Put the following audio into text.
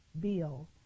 bill